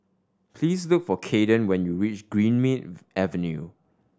please look for Kaeden when you reach Greenmead Avenue